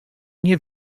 nie